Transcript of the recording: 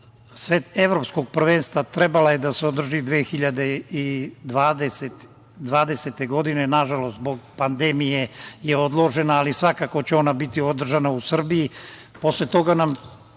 Evropskog prvenstva, trebalo je da se održi 2020. godine, nažalost, zbog pandemije je odložena, ali svakako će ono biti održano u Srbiji.